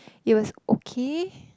it was okay